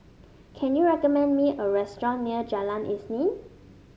can you recommend me a restaurant near Jalan Isnin